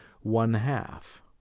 one-half